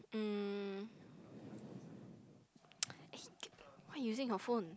um eh why you using your phone